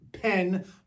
pen